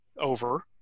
over